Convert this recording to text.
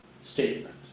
Statement